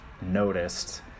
noticed